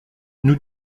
nous